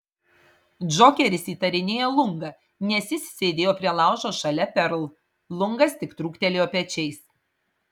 džokeris įtarinėja lungą nes jis sėdėjo prie laužo šalia perl lungas tik trūktelėjo pečiais